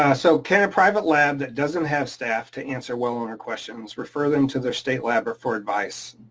ah so can a private lab that doesn't have staff to answer well owner questions refer them to their state lab for advice?